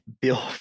Bill